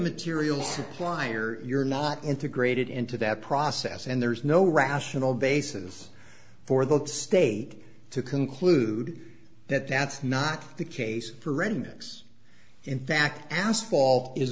material supplier you're not integrated into that process and there's no rational basis for the state to conclude that that's not the case for remix in fact asphalt is